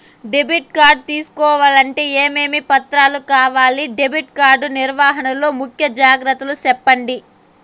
Debit card తీసుకోవాలంటే ఏమేమి పత్రాలు కావాలి? డెబిట్ కార్డు నిర్వహణ లో ముఖ్య జాగ్రత్తలు సెప్పండి?